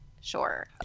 sure